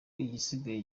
igisigaye